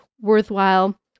worthwhile